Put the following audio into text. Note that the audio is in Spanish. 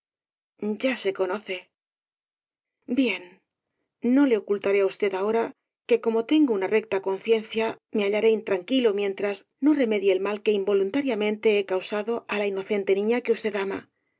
ya se conoce bien no le ocultaré á usted ahora que como tengo una recta conciencia me hallaré intranquilo mientras no remedie el mal que involuntariamente he causado á la inocente niña que usted ama